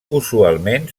usualment